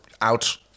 out